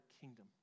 kingdom